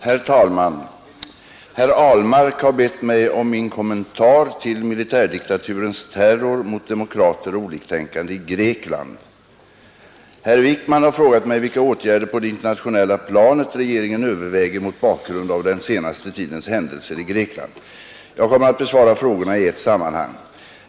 Herr talman! Herr Ahlmark har bett mig om min kommentar till militärdiktaturens terror mot demokrater och oliktänkande i Grekland. Herr Wijkman har frågat mig vilka åtgärder på det internationella planet regeringen överväger mot bakgrund av den senaste tidens händelser i Grekland. Jag kommer att besvara frågorna i ett sammanhang.